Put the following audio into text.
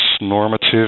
normative